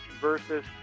versus